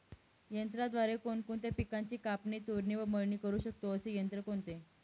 यंत्राद्वारे कोणकोणत्या पिकांची कापणी, तोडणी, मळणी करु शकतो, असे यंत्र कोणते?